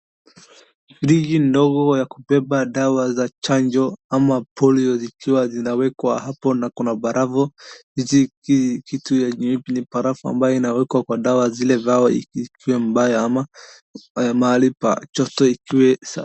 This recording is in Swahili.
Friji ndogo ya kubeba dawa za chanjo ama polio ikiwa zinawekwa hapo na kuna barafu. Hii kitu yenyeni barafu ambaye inawekwa kwa zile ambao ikue mbaya ama mahli pa joto ikuwe.